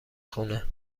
خونه